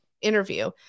interview